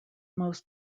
most